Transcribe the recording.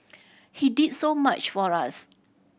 he did so much for us